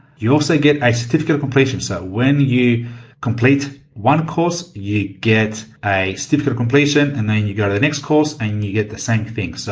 you also get a certificate of completion. so, when you complete one course, you get a typical completion and then, you go to the next course and you get the same thing. so,